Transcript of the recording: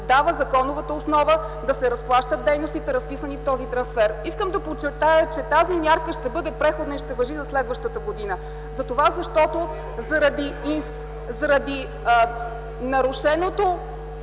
дава законовата основа да се разплащат дейностите, разписани в този трансфер. Искам да подчертая, че тази мярка ще бъде преходна и ще важи за следващата година. ХАСАН АДЕМОВ (ДПС, от